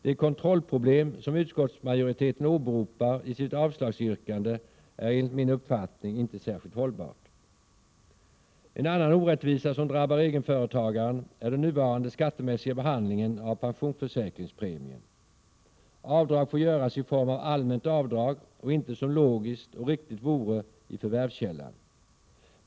Det kontrollproblem som utskottsmajoriteten åberopar i sitt avslagsyrkande är enligt min uppfattning inte särskilt hållbart. En annan orättvisa som drabbar egenföretagaren är den nuvarande skattemässiga behandlingen av pensionsförsäkringspremien. Avdrag får göras i form av allmänt avdrag och inte som logiskt och riktigt vore i förvärvskällan.